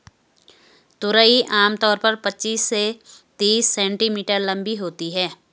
तुरई आम तौर पर पचीस से तीस सेंटीमीटर लम्बी होती है